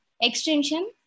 extension